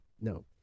No